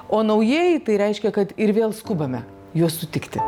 o naujieji tai reiškia kad ir vėl skubame juos sutikti